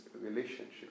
relationship